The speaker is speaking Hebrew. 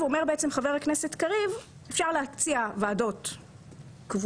אומר בעצם חבר הכנסת קריב: אפשר להציע ועדות קבועות,